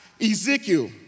Ezekiel